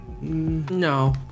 No